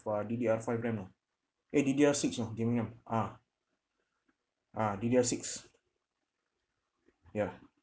ah D_D_R five RAM ah eh D_D_R six oh ah ah D_D_R six ya